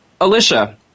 Alicia